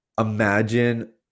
imagine